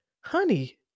honey